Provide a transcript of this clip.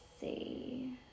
see